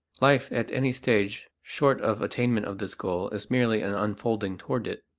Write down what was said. life at any stage short of attainment of this goal is merely an unfolding toward it.